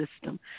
system